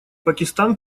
пакистан